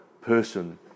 person